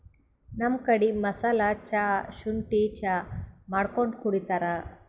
ನಮ್ ಕಡಿ ಮಸಾಲಾ ಚಾ, ಶುಂಠಿ ಚಾ ಮಾಡ್ಕೊಂಡ್ ಕುಡಿತಾರ್